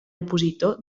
opositor